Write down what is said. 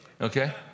Okay